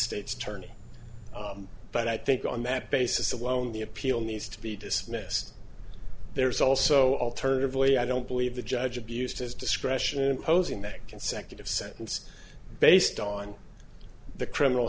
state's attorney but i think on that basis alone the appeal needs to be dismissed there's also alternatively i don't believe the judge abused his discretion in imposing that consecutive sentence based on the criminal